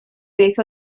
beth